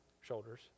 shoulders